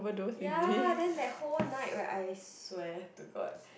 ya then that whole night right I swear to god